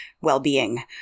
well-being